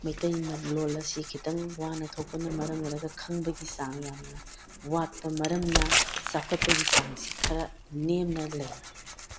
ꯃꯩꯇꯩ ꯂꯣꯜ ꯑꯁꯤ ꯈꯤꯇꯪ ꯋꯥꯅ ꯊꯣꯛꯄꯒꯤ ꯃꯔꯝ ꯑꯣꯏꯔꯒ ꯈꯪꯕꯒꯤ ꯆꯥꯡ ꯌꯥꯝꯅ ꯌꯥꯠꯄ ꯃꯔꯝꯅ ꯆꯥꯎꯈꯠꯄꯒꯤ ꯆꯥꯡꯁꯤ ꯈꯔ ꯅꯦꯝꯅ ꯂꯩ